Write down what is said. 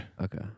Okay